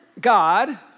God